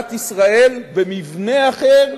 וכלכלת ישראל במבנה אחר,